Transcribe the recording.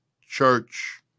church